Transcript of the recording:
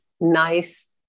nice